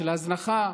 של הזנחה.